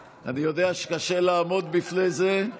סוכריות, אני יודע שקשה לעמוד בפני זה,